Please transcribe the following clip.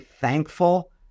thankful